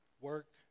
work